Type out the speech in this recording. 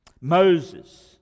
Moses